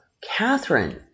Catherine